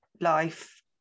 life